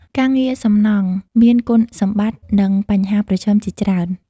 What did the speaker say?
ការងារសំណង់មានគុណសម្បត្តិនិងបញ្ហាប្រឈមជាច្រើន។